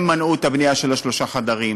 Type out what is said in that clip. הם מנעו את הבנייה של דירות שלושה חדרים,